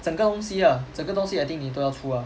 整个东西 lah 整个东西 I think 你都要出 lah